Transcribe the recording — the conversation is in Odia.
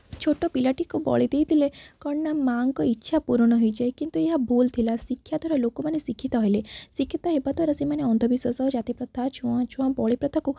ଛୋଟ ପିଲାଟିକୁ ବଳି ଦେଇଦେଲେ କ'ଣ ନା ମାଆଙ୍କ ଇଚ୍ଛା ପୂରଣ ହୋଇଯାଏ କିନ୍ତୁ ଏହା ଭୁଲ୍ ଥିଲା ଶିକ୍ଷା ଦ୍ୱାରା ଲୋକମାନେ ଶିକ୍ଷିତ ହେଲେ ଶିକ୍ଷିତ ହେବା ଦ୍ୱାରା ସେମାନେ ଅନ୍ଧବିଶ୍ୱାସ ଜାତି ପ୍ରଥା ଛୁଆଁ ଅଛୁଆଁ ବଳି ପ୍ରଥାକୁ